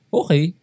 okay